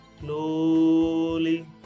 Slowly